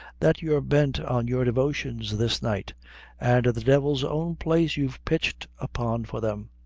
that you're bent on your devotions this night and the devil's own place you've pitched upon for them.